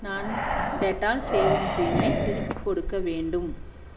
நான் Dettol shaving க்ரீமை திருப்பிக் கொடுக்க வேண்டும்